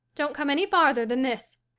don't come any farther than this,